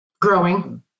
growing